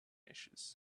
issues